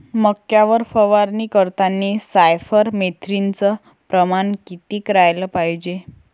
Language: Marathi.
मक्यावर फवारनी करतांनी सायफर मेथ्रीनचं प्रमान किती रायलं पायजे?